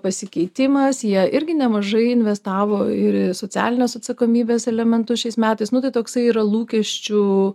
pasikeitimas jie irgi nemažai investavo ir į socialinės atsakomybės elementus šiais metais nu tai toksai yra lūkesčių